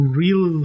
real